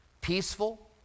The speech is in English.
peaceful